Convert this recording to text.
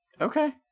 Okay